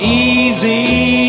easy